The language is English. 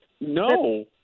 No